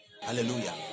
Hallelujah